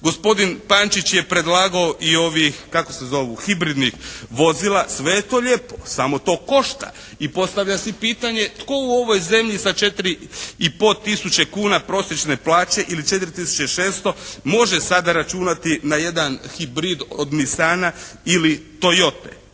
Gospodin Pančić je predlagao i ovih kako se zovu, hibridnih vozila. Sve je to lijepo, samo to košta i postavlja se pitanje tko u ovoj zemlji sa 4,5 tisuće kuna prosječne plaće ili 4.600,00 može sada računati na jedan hibrid od Nisana ili Toyote.